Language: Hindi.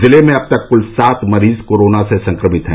जिले में अब तक कुल सात मरीज कोरोना से संक्रमित हैं